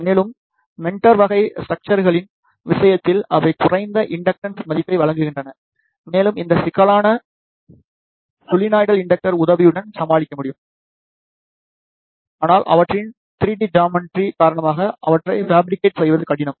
மேலும் மெண்டர் வகை ஸ்டரக்ச்சர்களின் விஷயத்தில் அவை குறைந்த இண்டக்டன்ஸ் மதிப்புபை வழங்குகின்றன மேலும் இந்த சிக்கல்களை சோலெனாய்டல் இண்டக்டர்களின் உதவியுடன் சமாளிக்க முடியும் ஆனால் அவற்றின் 3D ஜாமெட்ரி காரணமாக அவற்றை ஃபபிரிகேட் செய்வது கடினம்